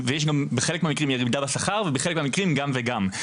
ויש בחלק מהמקרים ירידה בשכר ובחלק מהמקרים גם וגם.